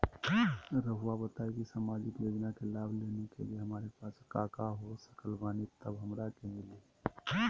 रहुआ बताएं कि सामाजिक योजना के लाभ लेने के लिए हमारे पास काका हो सकल बानी तब हमरा के मिली?